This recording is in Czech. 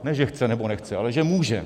Ne že chce nebo nechce, ale že může.